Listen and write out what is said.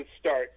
start